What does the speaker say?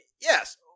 yes